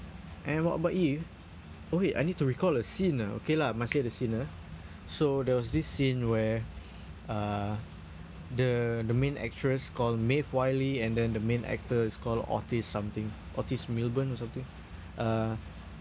and what about you oh wait I need to recall a scene ah okay lah must the scene ah so there was this scene where uh the the main actress called meave wiley and then the main actor is called otis something otis milburn or something uh